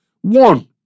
one